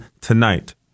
tonight